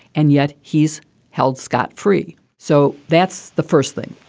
and yet he's held scot free. so that's the first thing.